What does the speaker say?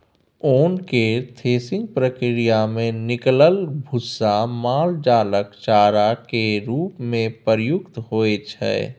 ओन केर थ्रेसिंग प्रक्रिया मे निकलल भुस्सा माल जालक चारा केर रूप मे प्रयुक्त होइ छै